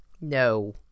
No